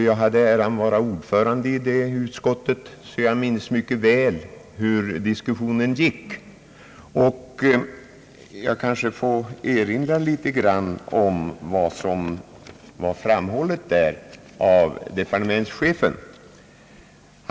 Jag hade äran att vara ordförande i detta utskott, så jag minns mycket väl hur diskussionen gick, Jag får kanske erinra om vad departementschefen yttrade.